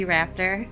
Raptor